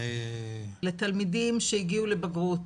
תלמידים שהגיעו לבגרות